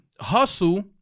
hustle